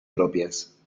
propias